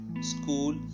School